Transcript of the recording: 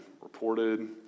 reported